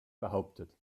behauptet